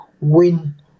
win